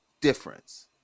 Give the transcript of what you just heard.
difference